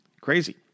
Crazy